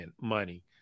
money